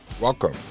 Welcome